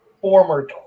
former